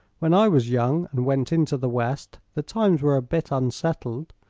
when i was young and went into the west, the times were a bit unsettled,